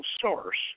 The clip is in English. source